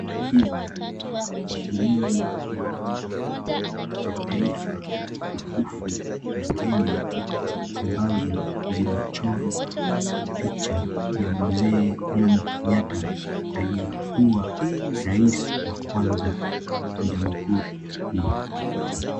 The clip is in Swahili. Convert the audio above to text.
Hizi ni shilingi mia moja cha taifa tukufu la Kenya ambazo zimechorwa picha ya Mzee Jomo Kenyatta aliyekuwa rais wa kwanza wa jamhuri hii.